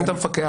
סגנית המפקח,